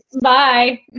bye